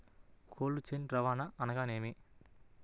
Cold chain రవాణా అనగా నేమి?